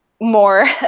more